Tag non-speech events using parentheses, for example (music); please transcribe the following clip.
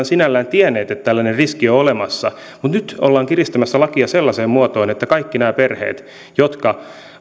(unintelligible) sinällään tienneet että tällainen riski on olemassa mutta nyt ollaan kiristämässä lakia sellaiseen muotoon että kaikki nämä perheet jotka